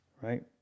Right